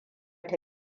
ta